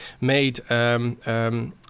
made